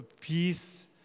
peace